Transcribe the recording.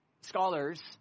scholars